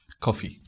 Coffee